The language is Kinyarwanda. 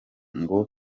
ngo